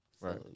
Right